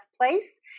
place